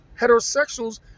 Heterosexuals